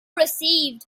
received